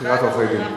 חוק עורכי-הדין.